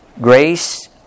grace